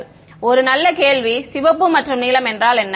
மாணவர் ஒரு நல்ல கேள்வி சிவப்பு மற்றும் நீலம் என்றால் என்ன